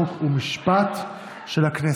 חוק ומשפט של הכנסת.